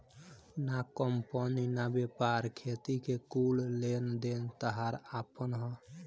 ना कंपनी ना व्यापार, खेती के कुल लेन देन ताहार आपन ह